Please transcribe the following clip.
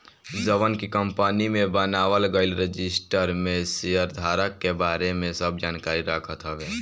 जवन की कंपनी में बनावल गईल रजिस्टर में शेयरधारक के बारे में सब जानकारी रखत हवे